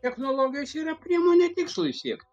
technologijos yra priemonė tikslui siekti